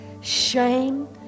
Shame